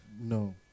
No